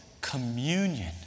communion